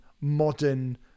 modern